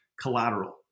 collateral